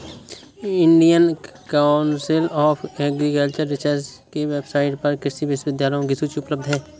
Indian council of agricultural research के website पर कृषि विश्वविद्यालयों की सूची उपलब्ध है